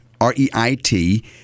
R-E-I-T